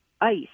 ice